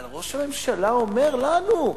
אבל ראש הממשלה אומר לנו,